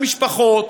המשפחות,